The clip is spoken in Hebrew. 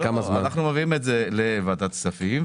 אנחנו מביאים את זה לוועדת הכספים.